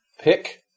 pick